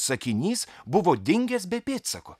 sakinys buvo dingęs be pėdsako